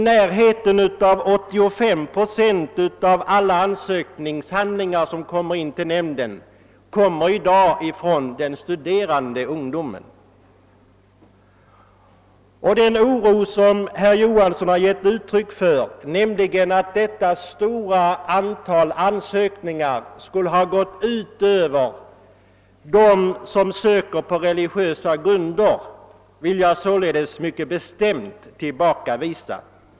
Nära 85 procent av alla ansökningshandlingar som inges till nämnden kommer i dag från denna kategori. De farhågor som herr Johansson i Skärstad har givit uttryck åt för att ansökningarnas stora antal skulle ha gått ut över dem som söker på religiösa grunder vill jag mycket bestämt tillbakavisa.